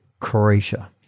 Croatia